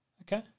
Okay